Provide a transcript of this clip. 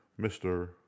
Mr